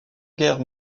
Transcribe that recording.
guerre